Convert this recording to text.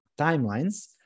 timelines